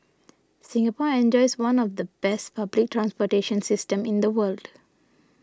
Singapore enjoys one of the best public transportation systems in the world